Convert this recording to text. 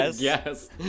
Yes